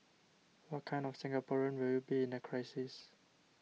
what kind of Singaporean will you be in a crisis